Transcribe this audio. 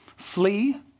flee